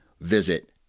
visit